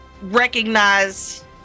recognize